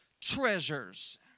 treasures